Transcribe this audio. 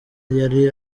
yari